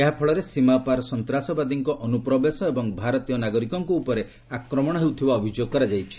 ଏହା ଫଳରେ ସୀମାପାର ସନ୍ତାସବାଦୀଙ୍କ ଅନ୍ତ୍ରପ୍ରବେଶ ଏବଂ ଭାରତୀୟ ନାଗରିକଙ୍କ ଉପରେ ଆକ୍ରମଣ ହେଉଥିବା ଅଭିଯୋଗ କରାଯାଇଛି